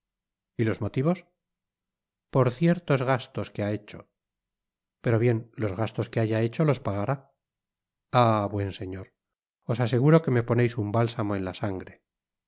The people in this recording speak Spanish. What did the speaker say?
y los motivos por ciertos gastos que ha hecho pero bien los gastos que haya hecho los pagará ah buen señor os aseguro que me poneis un bálsamo en la sangre